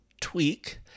tweak